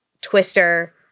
Twister